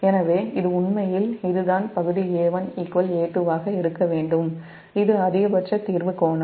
எனவே இது உண்மையில் இதுதான் பகுதி A1 A2 ஆக இருக்க வேண்டும் இது அதிகபட்ச தீர்வு கோணம்